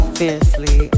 fiercely